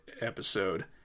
episode